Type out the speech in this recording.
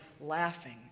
laughing